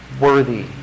worthy